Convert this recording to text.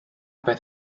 beth